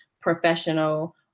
professional